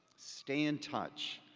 stay in touch.